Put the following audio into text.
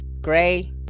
gray